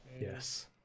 Yes